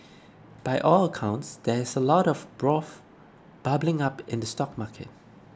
by all accounts there is a lot of bubbling up in the stock market